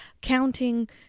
counting